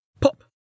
Pop